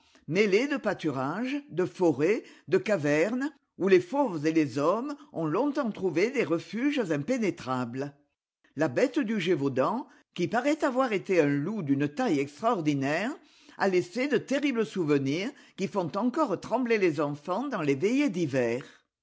mêlée de pâturages de forêts de cavernes où les fauves et les hommes ont longtemps trouvé des refuges impénétrables la bête du gévaudan qui paraît avoir été un loup d'une taille extra ordinaire a laissé de terribles souvenirs qui font encore trembler les enfants dans les veillées d'hiver